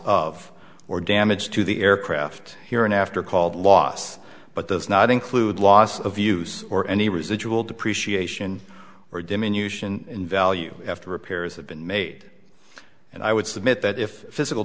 of or damage to the aircraft here an after called loss but those not include loss of use or any residual depreciation or diminution in value after repairs have been made and i would submit that if physical